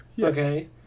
Okay